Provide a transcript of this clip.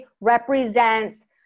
represents